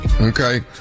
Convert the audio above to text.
Okay